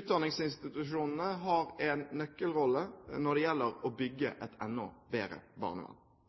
Utdanningsinstitusjonene har en nøkkelrolle når det gjelder å bygge et enda bedre barnevern.